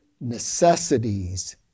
necessities